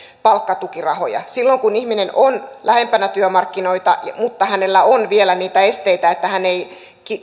palkkatukirahoja silloin kun ihminen on lähempänä työmarkkinoita mutta hänellä on vielä niitä esteitä että hän ei